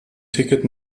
ticket